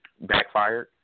backfired